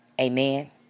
amen